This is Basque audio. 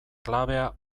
klabea